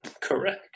Correct